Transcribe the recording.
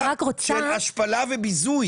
יש בזה תחושה של השפלה וביזוי.